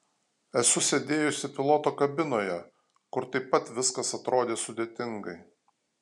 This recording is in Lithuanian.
esu sėdėjusi piloto kabinoje kur taip pat viskas atrodė sudėtingai